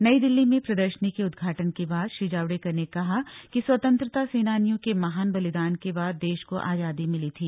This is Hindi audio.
नई दिल्ली में प्रदर्शनी के उद्घाटन के बाद श्री जावडेकर ने कहा कि स्वतंत्रता सेनानियों के महान बलिदान के बाद देश को आजादी मिली थी